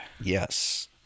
Yes